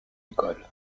école